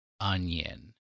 onion